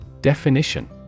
Definition